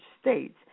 states